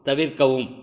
தவிர்க்கவும்